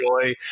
enjoy